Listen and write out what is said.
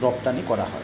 রপ্তানি করা হয়